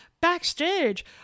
backstage